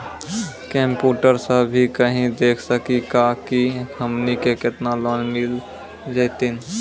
Computer सा भी कही देख सकी का की हमनी के केतना लोन मिल जैतिन?